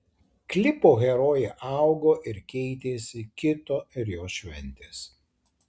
klipo herojė augo ir keitėsi kito ir jos šventės